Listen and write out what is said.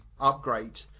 upgrade